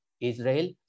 Israel